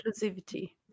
inclusivity